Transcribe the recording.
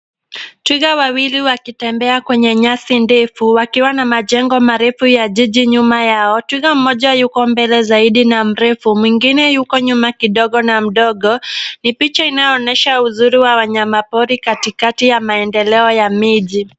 Twiga wawili wakitembea kwenye nyasi ndefu wakiwa na majengo marefu ya jiji nyuma yao, twiga mmoja yuko mbele zaidi na mrefu, mwingine yuko nyuma kidogo na mdogo, ni picha inayoonyesha uzuri wa wanyama pori katikati ya maendeleo ya miji.